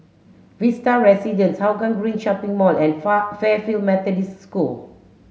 Vista Residences Hougang Green Shopping Mall and Far Fairfield Methodist School